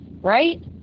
right